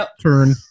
turn